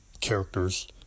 characters